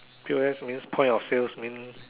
P_O_S means point of sales mean